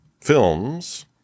films